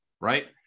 right